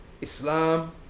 Islam